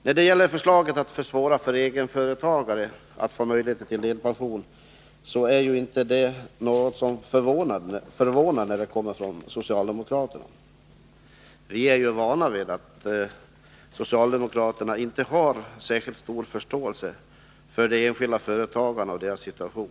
När det gäller förslaget att försvåra för egenföretagare att få möjlighet till delpension är det inte någonting som förvånar när det kommer från socialdemokraterna. Vi är ju vana vid att socialdemokraterna inte har särskilt stor förståelse för de enskilda företagarna och deras situation.